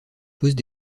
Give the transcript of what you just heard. posent